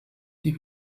die